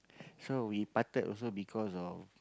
so we parted also because of